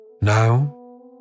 Now